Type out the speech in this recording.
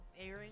airing